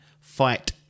fight